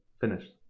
finished